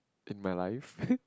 in my life